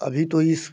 अभी तो इस